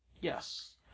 Yes